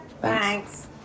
Thanks